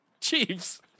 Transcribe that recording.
Chiefs